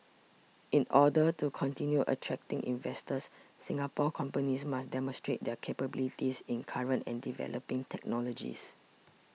in order to continue attracting investors Singapore companies must demonstrate their capabilities in current and developing technologies